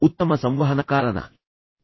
ಉತ್ತಮ ಸಂವಹನಕಾರನ ಲಕ್ಷಣಗಳು ಯಾವುವು